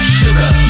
sugar